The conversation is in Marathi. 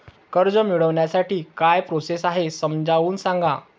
कर्ज मिळविण्यासाठी काय प्रोसेस आहे समजावून सांगा